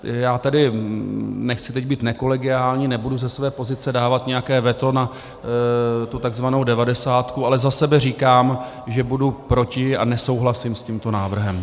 Já teď nechci být nekolegiální, nebudu ze své pozice dávat nějaké veto na tu takzvanou devadesátku, ale za sebe říkám, že budu proti a nesouhlasím s tímto návrhem.